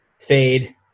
fade